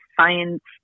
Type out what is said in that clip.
science